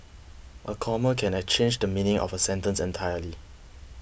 a comma can I change the meaning of a sentence entirely